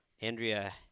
Andrea